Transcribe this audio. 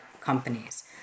companies